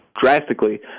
Drastically